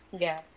Yes